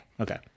Okay